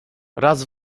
raz